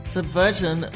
Subversion